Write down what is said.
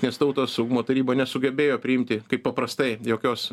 nes tautos saugumo taryba nesugebėjo priimti kaip paprastai jokios